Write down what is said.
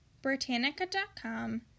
Britannica.com